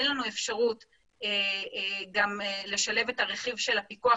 אין לרש"א אפשרות גם לשלב את הרכיב של הפיקוח